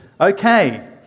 Okay